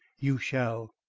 you shall.